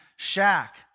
shack